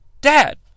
dad